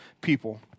people